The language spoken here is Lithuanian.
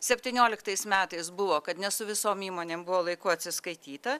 septynioliktais metais buvo kad ne su visom įmonėm buvo laiku atsiskaityta